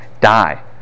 Die